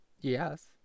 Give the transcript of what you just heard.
yes